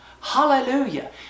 Hallelujah